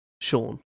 Sean